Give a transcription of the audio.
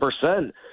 percent